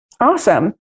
Awesome